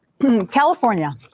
California